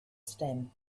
stem